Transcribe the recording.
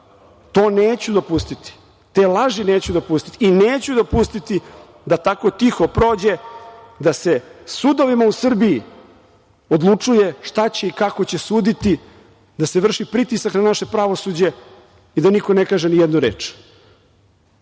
To neću dopustiti. Te laži neću dopustiti. I neću dopustiti da tako tiho prođe da se sudovima u Srbiji odlučuje šta će i kako će suditi, da se vrši pritisak na naše pravosuđe i da niko ne kaže nijednu